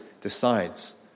decides